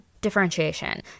differentiation